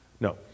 No